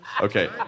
Okay